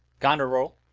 goneril,